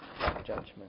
judgment